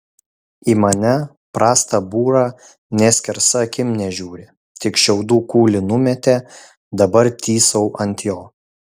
į mane prastą būrą nė skersa akim nežiūri tik šiaudų kūlį numetė dabar tysau ant jo